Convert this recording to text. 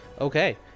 Okay